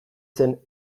zen